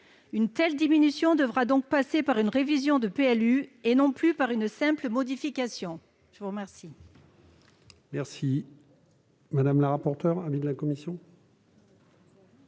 Une telle diminution devra donc passer par une révision du PLU et non plus par une simple modification. Quel